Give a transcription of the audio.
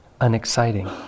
unexciting